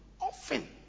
Often